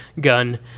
gun